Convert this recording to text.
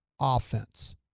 offense